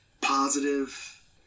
positive